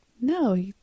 No